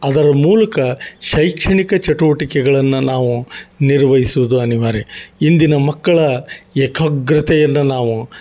ಅದರ ಮೂಲಕ ಶೈಕ್ಷಣಿಕ ಚಟುವಟಿಕೆಗಳನ್ನು ನಾವು ನಿರ್ವಹಿಸುದು ಅನಿವಾರ್ಯ ಇಂದಿನ ಮಕ್ಕಳ ಏಕಾಗ್ರತೆಯನ್ನು ನಾವು